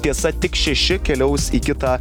tiesa tik šeši keliaus į kitą